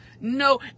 No